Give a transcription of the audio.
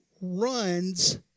runs